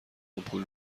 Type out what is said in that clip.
آمپول